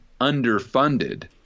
underfunded